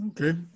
Okay